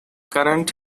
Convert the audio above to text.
current